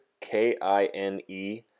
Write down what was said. K-I-N-E